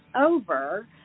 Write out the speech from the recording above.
over